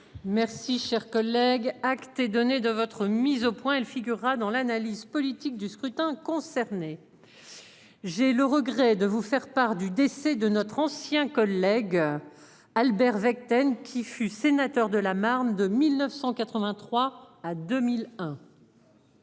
Merci, cher collègue, acte et donner de votre mise au point, elle figurera dans l'analyse politique du scrutin concernés. J'ai le regret de vous faire part du décès de notre ancien collègue. Albert Vecten qui fut sénateur de la Marne de 1983 à 2001.